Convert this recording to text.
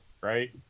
right